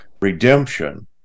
Redemption